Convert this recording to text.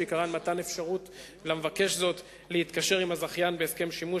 שעיקרן מתן אפשרות למבקש זאת להתקשר עם הזכיין בהסכם שימוש